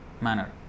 manner